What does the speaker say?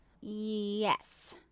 Yes